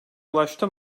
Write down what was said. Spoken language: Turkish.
ulaştı